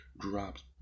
drops